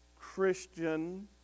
christian